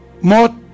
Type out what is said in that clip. more